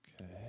Okay